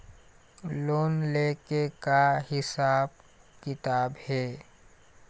Loan ले के का हिसाब किताब हे?